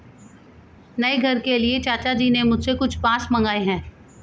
नए घर के लिए चाचा जी ने मुझसे कुछ बांस मंगाए हैं